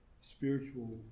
spiritual